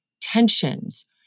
tensions